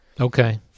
Okay